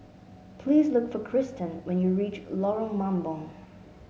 please look for Cristen when you reach Lorong Mambong